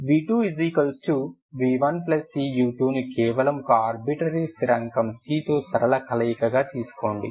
v2v1cu2ని కేవలం ఒక ఆర్బిట్రరి స్థిరాంకం c తో సరళ కలయికను తీసుకోండి